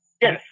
Yes